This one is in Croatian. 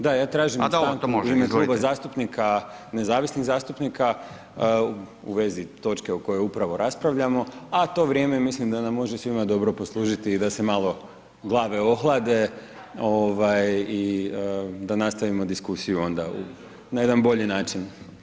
Da ja tražim stanku u ime Kluba zastupnika, nezavisnih zastupnika u vezi točke o kojoj upravo raspravljamo a to vrijeme, mislim da nam može svima dobro poslužiti i da se malo glave ohlade i da nastavimo diskusiju na jedan bolji način.